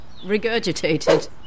regurgitated